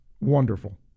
wonderful